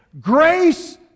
Grace